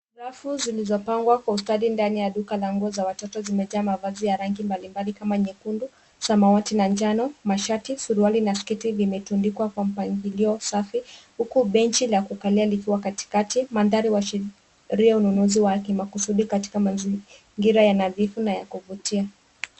Rafu zilizopangwa kwa ustadi ndani ya duka la nguo za watoto zimejaa mavazi ya rangi mbalimbali kama nyekundu, samawati na njano. Mashati, suruali na sketi zimetundikwa kwa mpangilio safi, huku benji la kukalia likiwa katikati. Mandhari huashiria ununuzi wa kimakusudi katika mazingira ya nadhifu na ya kuvutia.